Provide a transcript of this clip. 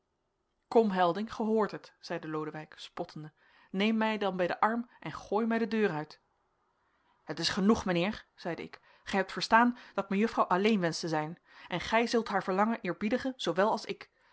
kom helding gij hoort het zeide lodewijk spottende neem mij dan bij den arm en gooi mij de deur uit het is genoeg mijnheer zeide ik gij hebt verstaan dat mejuffrouw alleen wenscht te zijn en gij zult haar verlangen eerbiedigen zoowel als ik